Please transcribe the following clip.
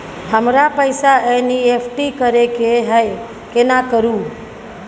हमरा पैसा एन.ई.एफ.टी करे के है केना करू?